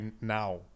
now